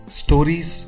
stories